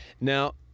Now